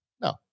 No